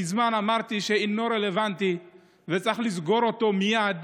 מזמן אמרתי שאינו רלוונטי וצריך לסגור אותו מייד,